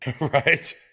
Right